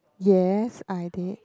yes I did